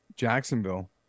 Jacksonville